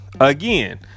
Again